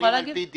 על פי דין,